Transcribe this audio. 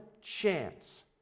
chance